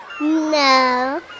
No